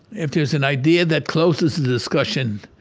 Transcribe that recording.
if there's an idea that closes the discussion,